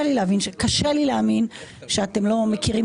קשה לי להאמין שאתם לא מכירים